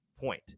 point